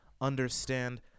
understand